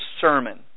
sermon